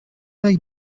avec